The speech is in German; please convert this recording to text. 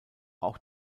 auch